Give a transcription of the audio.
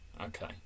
Okay